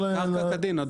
הוא קרקע כדין.